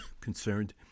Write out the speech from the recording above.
concerned